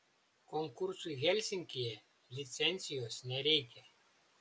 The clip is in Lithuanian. konkursui helsinkyje licencijos nereikia